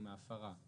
עם ההפרה.